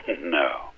No